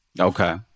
Okay